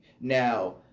Now